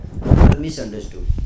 misunderstood